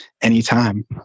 anytime